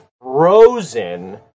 frozen